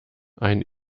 ein